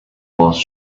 lost